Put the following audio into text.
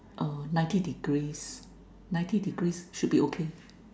err ninety degrees ninety degrees should be okay